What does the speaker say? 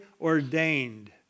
ordained